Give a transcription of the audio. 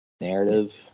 narrative